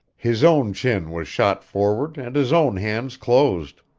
his own chin was shot forward, and his own hands closed.